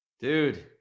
Dude